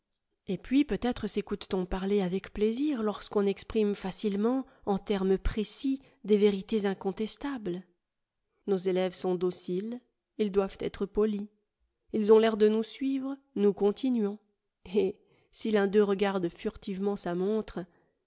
et puis peut-être sécoute t on parler avec plaisir lorsqu'on exprime facilement en termes précis des vérités incontestables nos élèves sont dociles ils doivent être polis ils ont l'air de nous suivre nous continuons et si l'un d'eux regarde furtivement sa montre